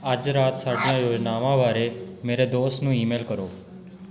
ਅੱਜ ਰਾਤ ਸਾਡੀਆਂ ਯੋਜਨਾਵਾਂ ਬਾਰੇ ਮੇਰੇ ਦੋਸਤ ਨੂੰ ਈਮੇਲ ਕਰੋ